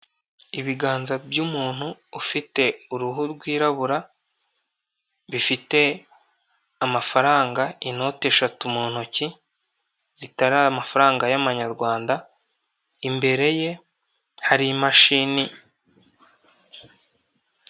Ibiganza by'umuntu ufite uruhu rwirabura, bifite amafaranga inote eshatu mu ntoki zitari amafaranga y'Amanyarwanda, imbere ye hari imashini.